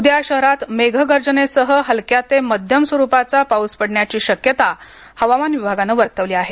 उद्या शहरात मेघ गर्जनेसह हलक्या ते मध्यम स्वरूपाचा प्रस पडण्याची शक्यता हवामान विभागाने वर्तवली आहे